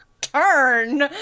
turn